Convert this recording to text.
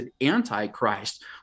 antichrist